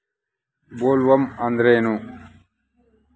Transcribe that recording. Bollworm ಅಂದ್ರೇನು?